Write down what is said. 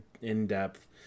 in-depth